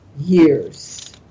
years